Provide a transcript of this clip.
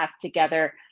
together